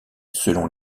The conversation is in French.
selon